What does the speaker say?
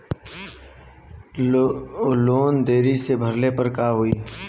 Loan देरी से भरले पर का होई?